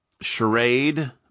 Charade